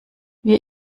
wir